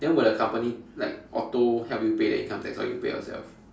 then will the company like auto help you pay the income tax or you pay yourself